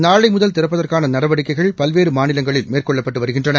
நாளை முதல் திறப்பதற்கான நடவடிக்கைகள் பல்வேறு மாநிலங்களில் மேற்கொள்ளப்பட்டு வருகின்றன